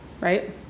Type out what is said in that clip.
right